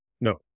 No